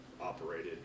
operated